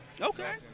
Okay